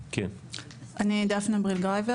אני דפנה בריל גרייבר,